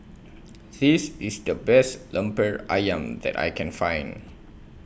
This IS The Best Lemper Ayam that I Can Find